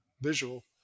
visual